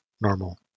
normal